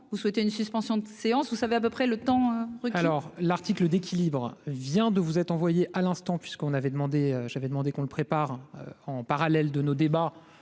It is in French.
vous souhaitez une suspension de séance, vous savez à peu près le temps. Oui, alors l'article d'équilibre vient de vous être envoyé à l'instant, puisqu'on avait demandé, j'avais demandé qu'on le prépare en parallèle de nos débats